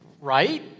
Right